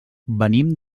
venim